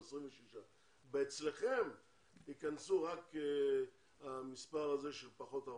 26. אצלכם ייכנסו רק המספר הזה של פחות 14,